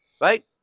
right